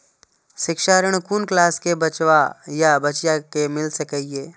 शिक्षा ऋण कुन क्लास कै बचवा या बचिया कै मिल सके यै?